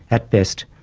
at best,